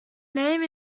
name